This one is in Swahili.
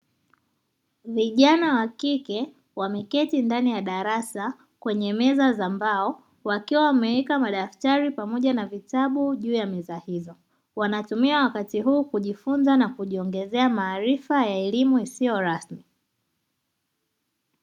Vijana wa kike wameketi ndani ya darasa kwenye meza za mbao, wakiwa wameweka madaftari pamoja na vitabu juu ya meza hizo, wanatumia wakati huu kujifunza na kujiongezea maarifa ya elimu isiyo rasmi.